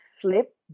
flip